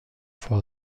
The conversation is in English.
for